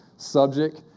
Subject